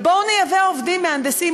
ובואו נייבא עובדים מהנדסים.